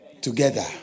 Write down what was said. together